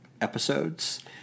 episodes